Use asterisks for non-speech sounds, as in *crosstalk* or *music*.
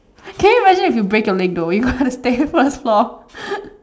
can you imagine if you break your leg though you gotta stay first floor *laughs*